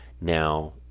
Now